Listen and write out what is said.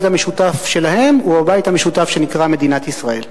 המשותף שלהם ובבית המשותף שנקרא מדינת ישראל.